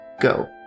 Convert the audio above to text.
go